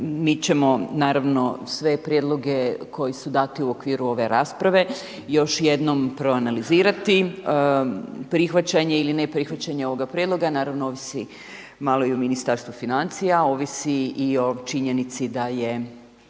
mi ćemo naravno sve prijedloge koji su dati u okviru ove rasprave još jednom proanalizirati. Prihvaćanje ili ne prihvaćanje ovoga prijedloga naravno ovisi malo i o Ministarstvu financija, ovisi i o činjenici da je